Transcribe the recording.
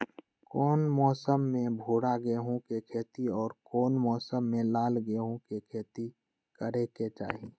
कौन मौसम में भूरा गेहूं के खेती और कौन मौसम मे लाल गेंहू के खेती करे के चाहि?